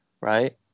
right